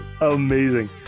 Amazing